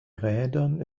rädern